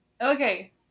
Okay